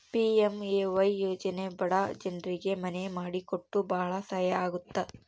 PMAY ಯೋಜನೆ ಬಡ ಜನ್ರಿಗೆ ಮನೆ ಮಾಡಿ ಕೊಟ್ಟು ಭಾಳ ಸಹಾಯ ಆಗುತ್ತ